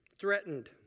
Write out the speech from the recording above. Threatened